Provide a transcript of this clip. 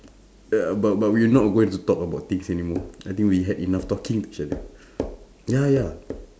ya but but we're not going to talk about things anymore I think we had enough talking to each other ya ya